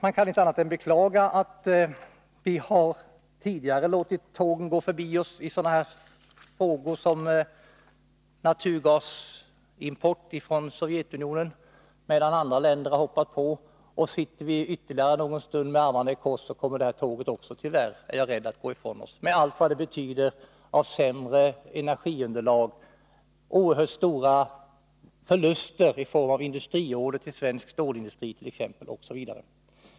Man kan inte annat än beklaga att vi tidigare har låtit tågen gå förbi oss i sådana frågor som t.ex. när det gällt naturgasimport från Sovjetunionen, medan andra länder har ”hoppat på”. Sitter vi ännu en tid med armarna i kors är jag rädd att tåget tyvärr också den här gången går ifrån oss med allt vad det betyder av sämre energiunderlag, stora förluster i fråga om industriorder till svensk stålindustri osv.